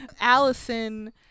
Allison